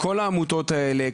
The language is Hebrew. לכל העמותות האלו,